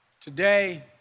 Today